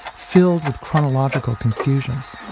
filled with chronological confusions.